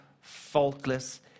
faultless